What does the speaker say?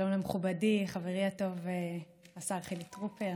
שלום למכובדי, חברי הטוב השר חילי טרופר,